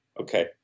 Okay